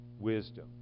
Wisdom